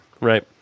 right